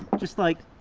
just like,